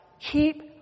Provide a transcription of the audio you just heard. keep